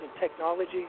technology